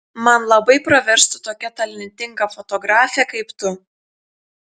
man labai praverstų tokia talentinga fotografė kaip tu